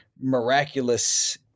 miraculous